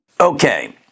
Okay